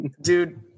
dude